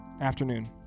afternoon